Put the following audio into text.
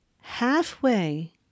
Halfway